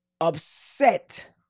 upset